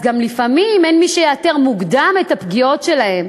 אז לפעמים גם אין מי שיאתר מוקדם את הפגיעות שלהם